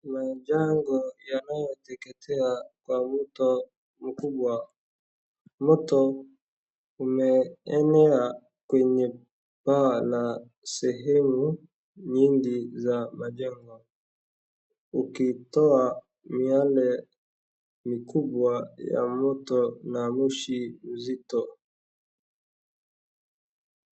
Majengo yanayoteketea kwa moto mkubwa, moto umeenea kwenye paa na sehemu nyingi za majengo ukitoa miale mikubwa ya moto na moshi mzito.